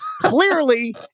Clearly